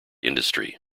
industry